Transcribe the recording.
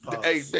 Hey